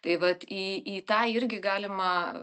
tai vat į į tą irgi galima